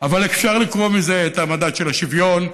אבל אפשר לקרוא מזה את המדד של השוויון,